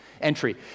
entry